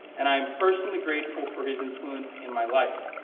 and i am personally grateful for his influence in my life.